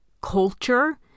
culture